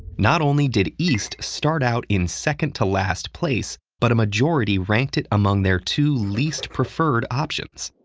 not only did east start out in second-to-last place, but a majority ranked it among their two least preferred options.